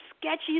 sketchy